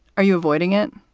are you avoiding it?